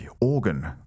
organ